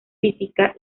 física